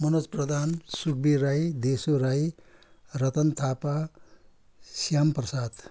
Manoj Pradhan Sukvir Rai Desu Rai Ratan Thapa Shyam Prasad